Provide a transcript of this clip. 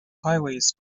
highways